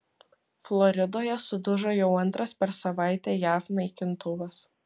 floridoje sudužo jau antras per savaitę jav naikintuvas